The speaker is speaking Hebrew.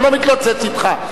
אני לא מתלוצץ אתך.